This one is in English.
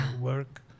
work